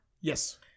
Yes